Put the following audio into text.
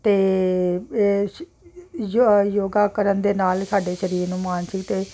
ਅਤੇ ਇਹ ਯੋਗਾ ਕਰਨ ਦੇ ਨਾਲ ਸਾਡੇ ਸਰੀਰ ਨੂੰ ਮਾਨਸਿਕ ਅਤੇ